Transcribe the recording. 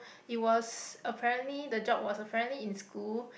it was apparently the job was apparently in school